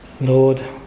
Lord